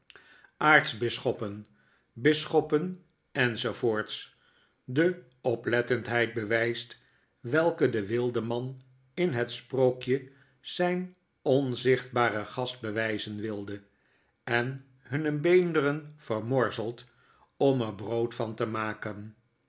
aartsbisschoppen bisschoppen enz de oplettendheid bewyst welke de wildeman in het sprookje zp onzichtbaren gast bewyzen wilde en hunne beenderen vermorzelt om er brood van te maken